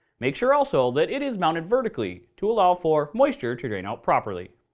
make sure also, that it is mounted vertically to allow for moisture to drain out properly.